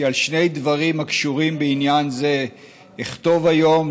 כי על שני דברים הקשורים בעניין זה אכתוב היום,